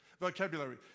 vocabulary